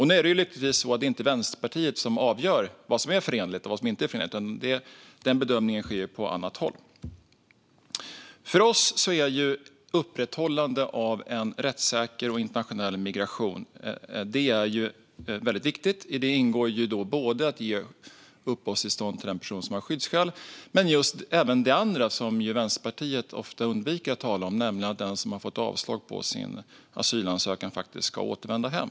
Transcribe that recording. Nu är det lyckligtvis så att det inte är Vänsterpartiet som avgör vad som är förenligt och vad som inte är förenligt, utan den bedömningen sker på annat håll. För oss är upprätthållande av en rättssäker och internationell migration väldigt viktigt. I det ingår att ge uppehållstillstånd till de personer som har skyddsskäl, men också just det andra som Vänsterpartiet undviker att tala om, nämligen att den som har fått avslag på sin asylansökan faktiskt ska återvända hem.